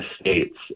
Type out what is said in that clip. states